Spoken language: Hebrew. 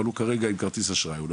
אבל הוא כרגע עם כרטיס אשראי הוא לא